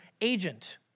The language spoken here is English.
agent